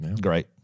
Great